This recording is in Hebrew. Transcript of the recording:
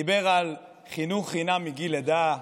דיבר על חינוך חינם מגיל לידה,